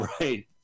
Right